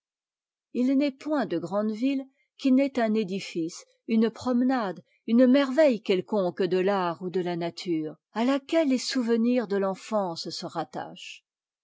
h n'est point de grande ville qui n'ait un édifice une promenade une merveille quelconque de fart ou de la nature à laquelle les souvenirs de l'enfance se